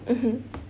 mmhmm